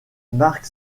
marc